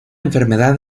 enfermedad